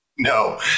No